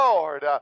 Lord